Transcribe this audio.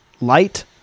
light